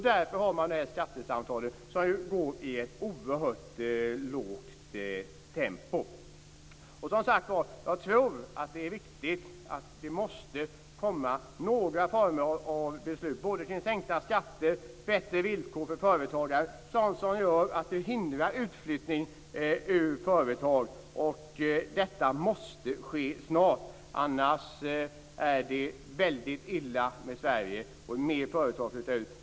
Därför för man dessa skattesamtal, som går i ett oerhört lågt tempo. Jag tror som sagt att det är viktigt att det kommer beslut både kring sänkta skatter och kring bättre villkor för företagare. Det är sådant som hindrar utflyttning av företag. Detta måste ske snart. Om fler företag flyttar ut är det väldigt illa ställt med Sverige.